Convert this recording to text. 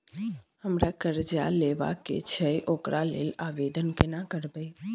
हमरा कर्जा लेबा के छै ओकरा लेल आवेदन केना करबै?